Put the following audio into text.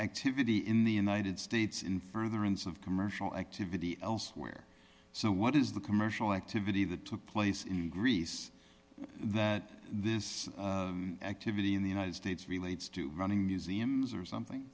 activity in the united states in furtherance of commercial activity elsewhere so what is the commercial activity that took place in greece that this activity in the united states relates to running museums or something